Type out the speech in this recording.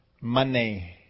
money